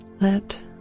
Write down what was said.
let